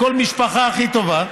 בכל משפחה הכי טובה,